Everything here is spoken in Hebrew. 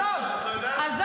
אנחנו